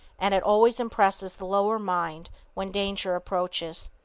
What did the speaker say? and it always impresses the lower mind when danger approaches.